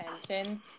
intentions